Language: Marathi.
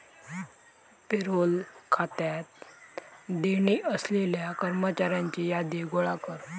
पेरोल खात्यात देणी असलेल्या कर्मचाऱ्यांची यादी गोळा कर